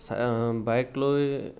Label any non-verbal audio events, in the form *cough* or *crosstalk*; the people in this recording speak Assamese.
*unintelligible* বাইক লৈ